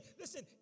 Listen